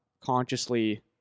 consciously